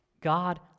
God